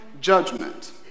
judgment